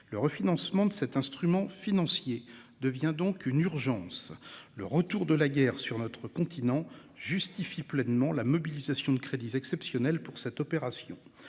le refinancement de cet instrument financier devient donc une urgence. Le retour de la guerre sur notre continent justifie pleinement la mobilisation de crédits exceptionnels pour cette opération.